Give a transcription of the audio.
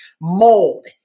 mold